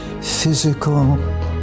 physical